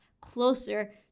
closer